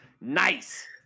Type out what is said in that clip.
nice